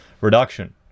reduction